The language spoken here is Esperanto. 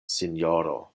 sinjoro